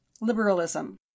liberalism